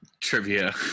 trivia